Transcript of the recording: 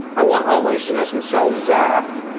i want all my senescent cells zapped.